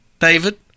David